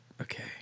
Okay